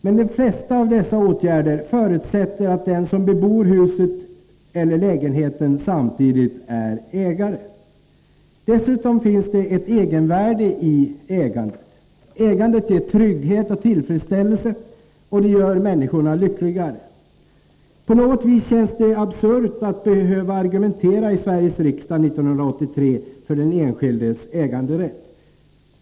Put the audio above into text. Men de flesta av dessa åtgärder förutsätter att den som bebor huset eller lägenheten samtidigt är ägare. Dessutom finns det ett egenvärde i ägandet. Ägandet ger trygghet och tillfredsställelse, och det gör människorna lyckligare. På något vis känns det absurt att behöva argumentera i Sveriges riksdag 1983 för den enskildes äganderätt.